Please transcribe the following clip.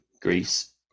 greece